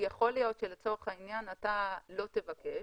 יכול להיות שלצורך העניין אתה לא לבקש.